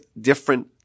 different